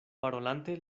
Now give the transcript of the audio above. parolante